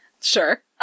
Sure